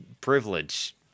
privilege